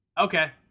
Okay